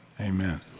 Amen